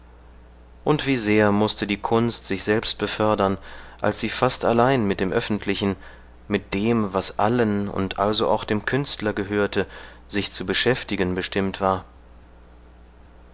und wie sehr mußte die kunst sich selbst befördern als sie fast allein mit dem öffentlichen mit dem was allen und also auch dem künstler gehörte sich zu beschäftigen bestimmt war